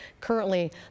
Currently